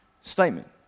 statement